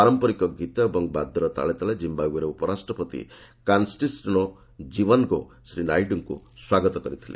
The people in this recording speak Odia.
ପାରମ୍ପରିକ ଗୀତ ଓ ବାଦ୍ୟର ତାଳେ ତାଳେ କିମ୍ବାଓ୍ବେର ଉପରାଷ୍ଟ୍ରପତି କନ୍ଷ୍ଟାଷ୍ଟିନୋ କିଓ୍ବେନ୍ଗା ଶ୍ରୀ ନାଇଡୁଙ୍କୁ ସ୍ୱାଗତ କରିଥିଲେ